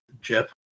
Jeff